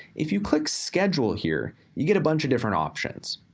if you click schedule here, you get a bunch of different options.